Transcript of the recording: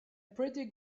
pretty